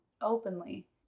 openly